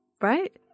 right